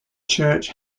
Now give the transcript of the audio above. church